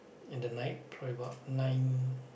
in the night probably about nine